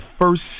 first